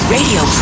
Radio